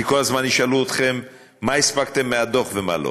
כי כל הזמן ישאלו אתכם מה הספקתם מהדוח ומה לא.